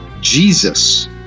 Jesus